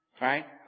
right